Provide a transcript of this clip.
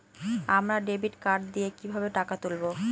আমরা debit card দিয়ে কিভাবে টাকা তুলবো?